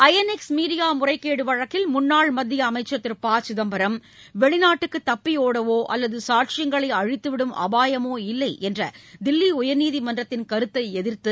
INX media முறைகேடு வழக்கில் முன்னாள் மத்திய அமைச்சர் திரு பசிதம்பரம் வெளிநாட்டுக்கு தப்பியோடவோ அல்லது சாட்சியங்களை அழித்துவிடும் அபாயமோ இல்லை என்ற தில்லி உயர்நீதிமன்றத்தின் கருத்தை எதிர்த்து